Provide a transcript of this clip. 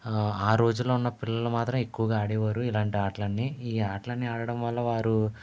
ఆ రోజుల్లో ఉన్న పిల్లలు మాత్రం ఎక్కువగా ఆడేవారు ఇలాంటి ఆటలన్నీ ఈ ఆటలన్నీ ఆడటం వల్ల వారు